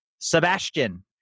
sebastian